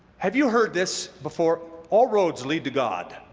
have you heard this before? all roads lead to god.